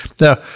Now